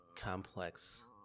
complex